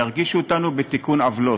ירגישו אותנו בתיקון עוולות,